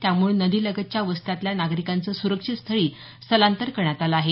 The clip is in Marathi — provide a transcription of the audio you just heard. त्यामुळे नदी लगतच्या वस्त्यातल्या नागरिकांचं सुरक्षितस्थळी स्थलांतर करण्यात आलं आहे